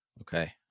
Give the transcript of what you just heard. Okay